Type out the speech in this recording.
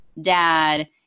dad